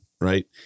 Right